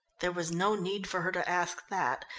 there was no need for her to ask that,